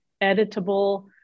editable